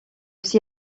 aussi